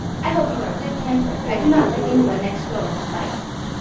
i hope you are good-tempered i do not like any one next door who bites.